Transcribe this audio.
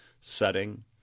setting